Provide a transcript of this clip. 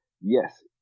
yes